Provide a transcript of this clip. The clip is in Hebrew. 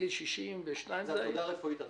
התעודה הרפואית.